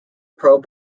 pro